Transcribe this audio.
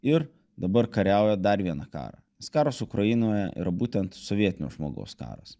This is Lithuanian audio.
ir dabar kariauja dar vieną karą tas karas ukrainoje yra būtent sovietinio žmogaus karas